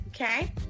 Okay